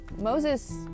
Moses